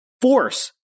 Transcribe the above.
force